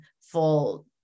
full